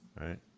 right